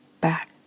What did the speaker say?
back